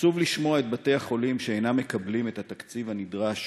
עצוב לשמוע מבתי-החולים שהם אינם מקבלים את התקציב הנדרש